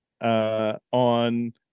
on